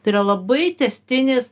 tai yra labai tęstinis